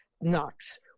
knocks